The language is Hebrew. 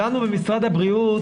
לנו במשרד הבריאות,